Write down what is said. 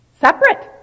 separate